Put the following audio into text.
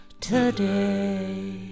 today